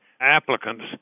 applicants